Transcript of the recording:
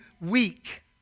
weak